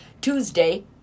Tuesday